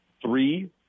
three